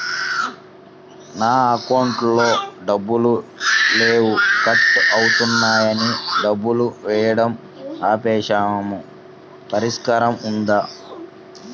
నా అకౌంట్లో డబ్బులు లేవు కట్ అవుతున్నాయని డబ్బులు వేయటం ఆపేసాము పరిష్కారం ఉందా?